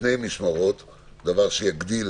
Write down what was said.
שתי משמרות, דבר שיגדיל